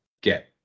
get